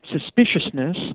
suspiciousness